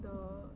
the